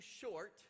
short